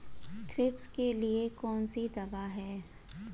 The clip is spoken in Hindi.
थ्रिप्स के लिए कौन सी दवा है?